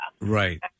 Right